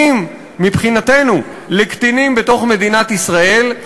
מבחינתנו לקטינים בתוך מדינת ישראל,